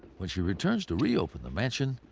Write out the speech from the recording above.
when she returns to reopen the mansion.